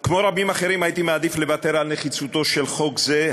כמו רבים אחרים הייתי מעדיף לוותר על נחיצותו של חוק זה.